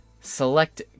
Select